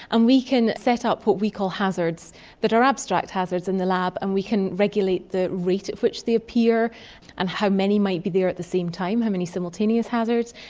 and we can set up what we call hazards that are abstract hazards in the lab and we can regulate the rate at which they appear and how many might be there at the same time, how many simultaneous hazards.